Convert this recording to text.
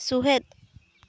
ᱥᱚᱦᱮᱫ